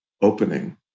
opening